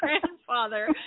grandfather